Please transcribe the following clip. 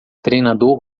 treinador